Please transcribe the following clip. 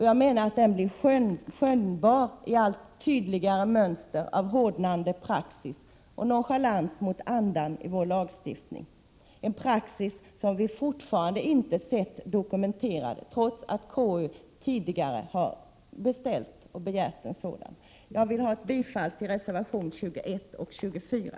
Jag menar att denna blir skönjbar i allt tydligare mönster av hårdnande praxis och nonchalans mot andan i vår lagstiftning — en praxis som vi fortfarande inte sett dokumenterad, trots att KU tidigare har beställt och begärt en sådan dokumentation. Jag vill ha ett bifall till reservationerna 21 och 24.